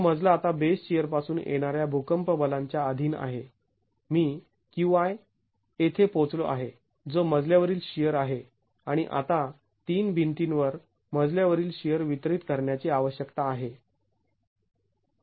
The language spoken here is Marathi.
हा मजला आता बेस शिअर पासून येणाऱ्या भूकंप बलांच्या अधीन आहे मी Qi येथे पोहोचलो आहे जो मजल्यावरील शिअर आहे आणि आता तीन भिंतींवर मजल्या वरील शिअर वितरित करण्याची आवश्यकता आहे